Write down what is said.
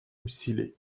усилий